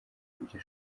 ibyo